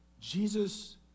Jesus